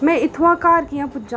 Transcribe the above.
में इत्थुआं घर कि'यां पुज्जां